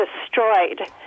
destroyed